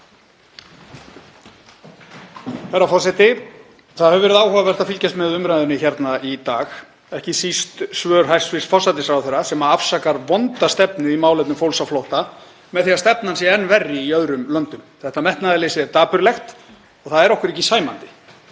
Herra forseti. Það hefur verið áhugavert að fylgjast með umræðunni hérna í dag, ekki síst svörum hæstv. forsætisráðherra sem afsakar vonda stefnu í málefnum fólks á flótta með því að stefnan sé enn verri í öðrum löndum. Þetta metnaðarleysi er dapurlegt og það er okkur ekki sæmandi.